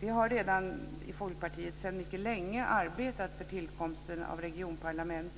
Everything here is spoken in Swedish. Folkpartiet har sedan mycket länge arbetat för tillkomsten av regionparlament,